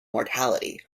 mortality